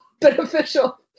beneficial